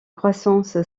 croissance